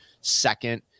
second